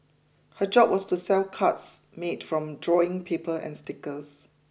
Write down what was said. her job was to sell cards made from drawing paper and stickers